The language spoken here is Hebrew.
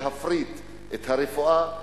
להפריט את הרפואה,